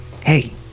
Hey